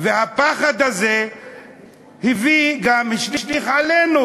והפחד הזה גם השליך עלינו.